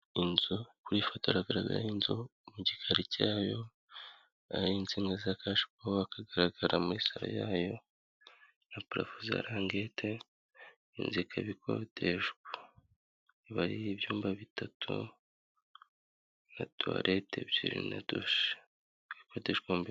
Inzu. Ku ifoto agaragara inzu. Mu gikari cyayo hari isinga za kashi pawa. Hakagaragara muri salo yayo na parafo za rangete. Inzu ikaba ikodeshwa. Iba ari iy'ibyumba bitatu na tuwarete ebyiri na dushe. Ikaba ikodeshwa ibihumbi...